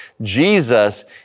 Jesus